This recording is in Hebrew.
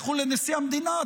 לכו לנשיא המדינה,